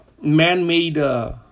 man-made